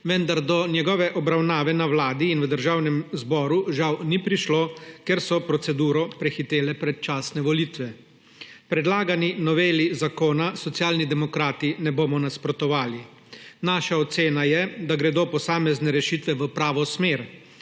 vendar do njegove obravnave na Vladi in v Državnem zboru žal ni prišlo, ker so proceduro prehitele predčasne volitve. Predlagani noveli zakona Socialni demokrati ne bomo nasprotovali. Naša ocena je, da gredo posamezne rešitve v pravo smer.